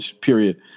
period